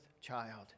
child